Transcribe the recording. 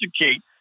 educate